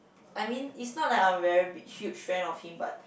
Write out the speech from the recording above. I mean it's not like I'm a very big huge fan of him but